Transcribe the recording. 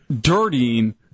dirtying